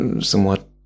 somewhat